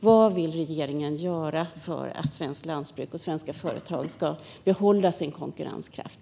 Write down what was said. Vad vill regeringen göra för att svenskt lantbruk och svenska företag ska behålla sin konkurrenskraft?